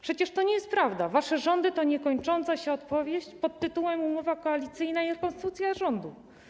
Przecież to nie jest prawda, wasze rządy to niekończąca się opowieść pod tytułem: umowa koalicyjna i rekonstrukcja rządu.